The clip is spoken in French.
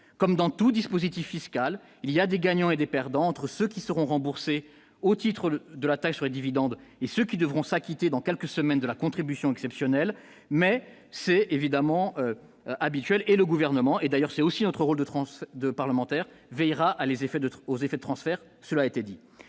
comme dans tout dispositif fiscal il y a des gagnants et des perdants entre ceux qui seront remboursées au titre de de la taxe sur les dividendes et ceux qui devront s'acquitter dans quelques semaines de la contribution exceptionnelle, mais c'est évidemment habituel et le gouvernement, et d'ailleurs c'est aussi entre Rhodes de Transe de parlementaires veillera à les effets de aux effets transfert, cela a été dit,